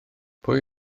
pwy